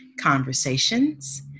conversations